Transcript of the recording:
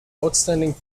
outstanding